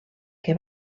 que